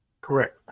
Correct